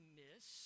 miss